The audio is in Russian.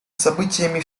событиями